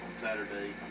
Saturday